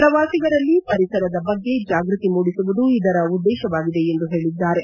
ಪ್ರವಾಸಿಗರಲ್ಲಿ ಪರಿಸರದ ಬಗ್ಗೆ ಜಾಗೃತಿ ಮೂಡಿಸುವುದು ಇದರ ಉದ್ದೇಶವಾಗಿದೆ ಎಂದು ಹೇಳಿದ್ದಾರೆ